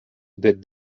that